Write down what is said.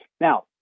Now